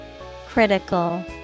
Critical